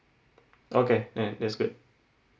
okay mm that's good